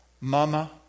Mama